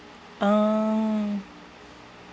ah